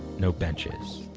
no benches.